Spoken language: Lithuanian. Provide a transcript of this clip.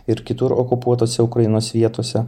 ir kitur okupuotose ukrainos vietose